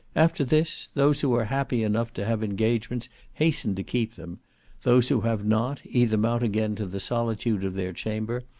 after this, those who are happy enough to have engagements hasten to keep them those who have not, either mount again to the solitude of their chamber,